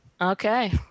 Okay